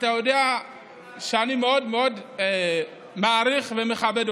אתה יודע שאני מאוד מאוד מעריך ומכבד אותך.